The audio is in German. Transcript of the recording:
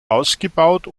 ausgebaut